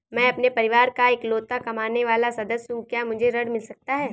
मैं अपने परिवार का इकलौता कमाने वाला सदस्य हूँ क्या मुझे ऋण मिल सकता है?